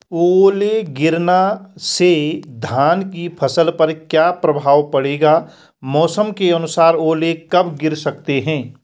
ओले गिरना से धान की फसल पर क्या प्रभाव पड़ेगा मौसम के अनुसार ओले कब गिर सकते हैं?